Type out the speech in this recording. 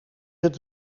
het